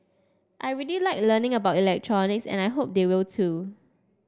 I really like learning about electronics and I hope they will too